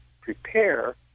prepare